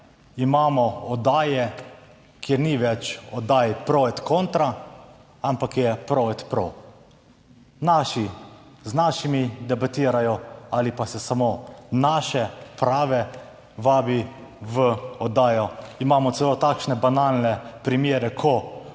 Imamo oddaje, kjer ni več oddaj Pro et contra, ampak je pro et pro. Naši z našimi debatirajo ali pa se samo naše prave vabi v oddajo. Imamo celo takšne banalne primere, ko